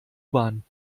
bahn